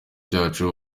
cyacu